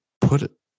put